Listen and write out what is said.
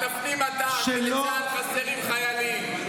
תפנים אתה שלצה"ל חסרים חיילים.